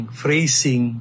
phrasing